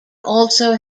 also